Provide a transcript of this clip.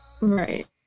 right